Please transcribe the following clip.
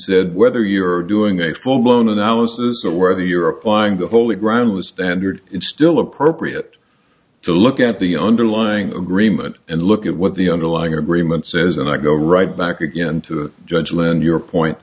said whether you're doing a full blown analysis of whether you're applying the holy ground was standard it's still appropriate to look at the underlying agreement and look at what the underlying agreement says and i go right back again to a judgment on your point